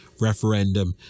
referendum